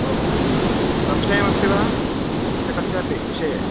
ओह् संशयमस्ति वा यस्य कस्यापि विषये